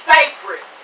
Sacred